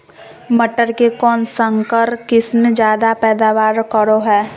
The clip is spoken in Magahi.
मटर के कौन संकर किस्म जायदा पैदावार करो है?